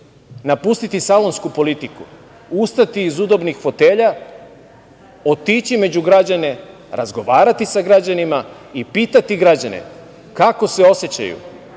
napustiti salonsku politiku, ustati iz udobnih fotelja, otići među građane, razgovarati sa građanima i pitati građane kako se osećaju